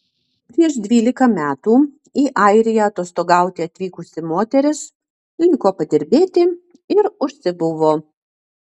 prieš dvylika metų į airiją atostogauti atvykusi moteris liko padirbėti ir užsibuvo